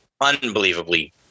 unbelievably